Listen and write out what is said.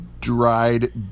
dried